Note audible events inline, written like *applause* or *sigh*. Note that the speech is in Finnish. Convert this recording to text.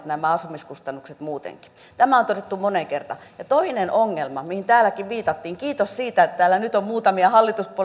*unintelligible* nämä asumiskustannukset muutenkin ovat kaikkein kalleimmat tämä on todettu moneen kertaan toinen ongelma mihin täälläkin viitattiin kiitos siitä että täällä nyt on muutamia hallituspuolueiden